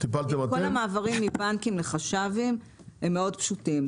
כל המעברים מבנקים לחש"בים הם מאוד פשוטים,